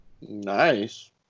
Nice